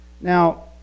Now